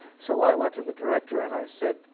so i went to the director and i said,